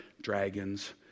dragons